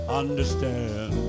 understand